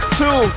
two